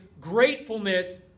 gratefulness